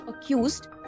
accused